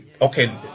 okay